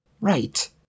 Right